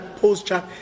posture